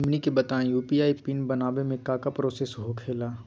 रहुआ हमनी के बताएं यू.पी.आई पिन बनाने में काका प्रोसेस हो खेला?